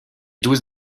douze